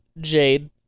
Jade